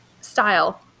style